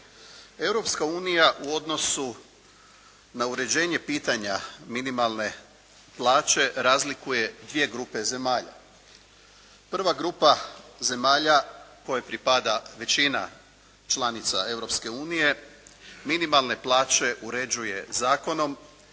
u odnosu na uređenje pitanja minimalne plaće razlikuje dvije grupe zemalja. Prva grupa zemalja kojoj pripada većina članica Europske unije minimalne plaće uređuje zakonom